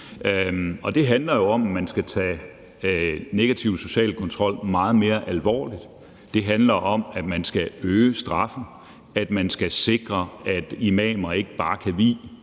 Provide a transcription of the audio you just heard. det handler jo, om at man skal tage negativ social kontrol meget mere alvorligt. Det handler om, at man skal øge straffen, og at man skal sikre, at imamer ikke bare kan vie